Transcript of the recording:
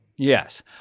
Yes